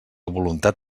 voluntat